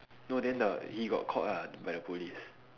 no then the he got caught ah by the police